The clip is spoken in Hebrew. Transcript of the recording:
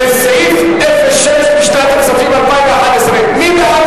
לסעיף 06 לשנת הכספים 2011. מי בעד